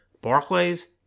Barclays